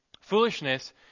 Foolishness